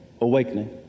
awakening